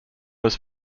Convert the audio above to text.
was